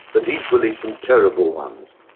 but equally some terrible ones.